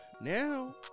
Now